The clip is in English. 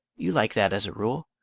you like that as a rule.